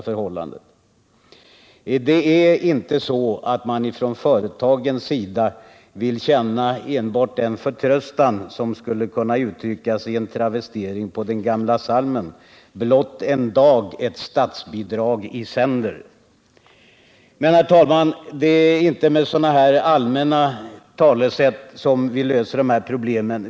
Företagen vill inte enbart känna den förtröstan som skulle kunna uttryckas i en travestering på den gamla psalmen: Blott en dag, ett statsbidrag i sänder. Men, herr talman, det är inte med allmänna talesätt vi löser problemen.